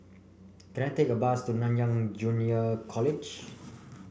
can I take a bus to Nanyang Junior College